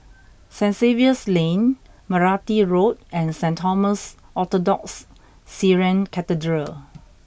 Saint Xavier's Lane Meranti Road and Saint Thomas Orthodox Syrian Cathedral